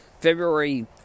February